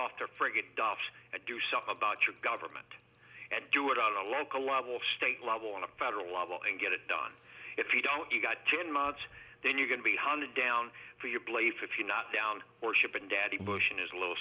duff and do something about your government and do it on a local level state level on a federal level and get it done if you don't you've got ten months then you're going to be hunted down for your play for if you're not down or ship and daddy bush and his little